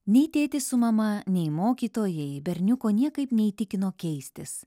nei tėtis su mama nei mokytojai berniuko niekaip neįtikino keistis